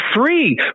free